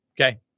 Okay